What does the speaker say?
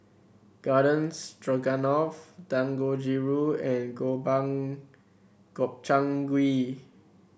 Garden Stroganoff Dangojiru and Gobang Gobchang Gui